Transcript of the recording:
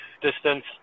distance